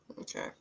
Okay